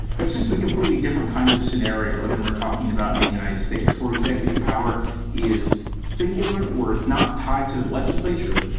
that's just a completely different kind of scenario than we're talking about in the united states, where executive power is singular, where it's not tied to the legislature,